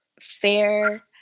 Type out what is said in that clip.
Fair